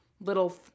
little